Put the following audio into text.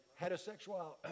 heterosexual